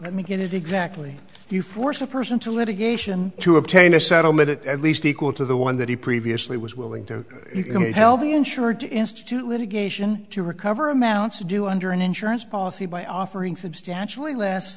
let me get it exactly you force a person to litigation to obtain a settlement at least equal to the one that he previously was willing to tell the insurer to institute litigation to recover amounts to do under an insurance policy by offering substantially l